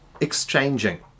exchanging